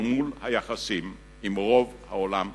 בנרמול היחסים עם רוב העולם הערבי.